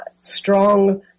strong